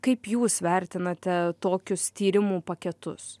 kaip jūs vertinate tokius tyrimų paketus